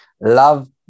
love